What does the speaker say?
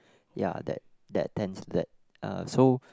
ya that that tends that uh so